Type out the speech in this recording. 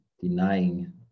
denying